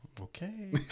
okay